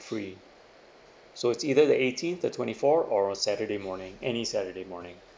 free so it's either the eighteen the twenty fourth or saturday morning any saturday morning